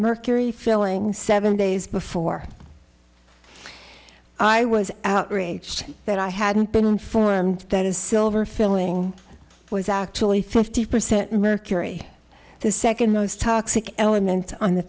mercury fillings seven days before i was outraged that i hadn't been informed that a silver filling was actually fifty percent mercury the second most toxic element on the